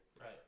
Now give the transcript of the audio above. Right